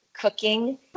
cooking